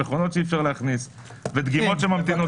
המכונות שאי-אפשר להכניס ודגימות שממתינות